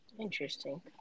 Interesting